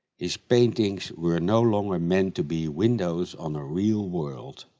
his paintings were no longer meant to be windows on a real world.